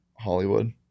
Hollywood